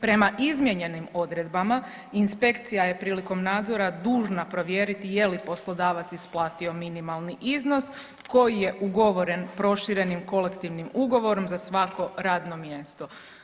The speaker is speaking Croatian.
Prema izmijenjenim odredbama inspekcija je prilikom nadzora dužna provjeriti je li poslodavac isplatio minimalni iznos koji je ugovoren proširenim kolektivnim ugovorom za svako radno mjesto.